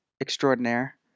extraordinaire